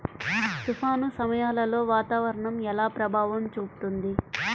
తుఫాను సమయాలలో వాతావరణం ఎలా ప్రభావం చూపుతుంది?